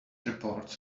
reports